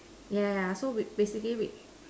yeah yeah yeah so we basically we